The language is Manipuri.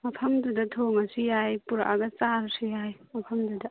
ꯃꯐꯝꯗꯨꯗ ꯊꯣꯡꯉꯁꯨ ꯌꯥꯏ ꯄꯨꯔꯛꯑꯒ ꯆꯥꯔꯁꯨ ꯌꯥꯏ ꯃꯐꯝꯗꯨꯗ